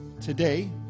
Today